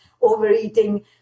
overeating